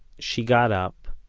she got up,